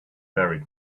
buried